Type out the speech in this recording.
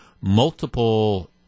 multiple